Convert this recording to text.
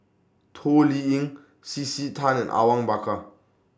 Toh Liying C C Tan and Awang Bakar